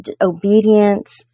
obedience